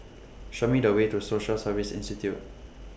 Show Me The Way to Social Service Institute